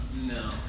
No